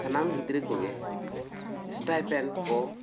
ᱥᱟᱱᱟᱢ ᱜᱤᱫᱽᱨᱟ ᱠᱚ ᱜᱮ ᱥᱴᱟᱭᱯᱮᱱᱰ ᱠᱚ